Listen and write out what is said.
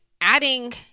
adding